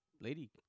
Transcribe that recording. lady